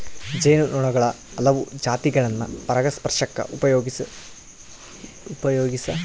ಜೇನು ನೊಣುಗುಳ ಹಲವು ಜಾತಿಗುಳ್ನ ಪರಾಗಸ್ಪರ್ಷಕ್ಕ ಉಪಯೋಗಿಸೆಂಬಲಾಗ್ತತೆ